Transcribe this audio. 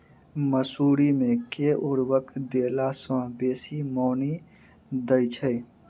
मसूरी मे केँ उर्वरक देला सऽ बेसी मॉनी दइ छै?